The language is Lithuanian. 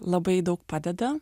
labai daug padeda